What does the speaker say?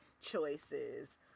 choices